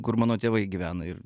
kur mano tėvai gyvena ir